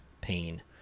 pain